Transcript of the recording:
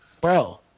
bro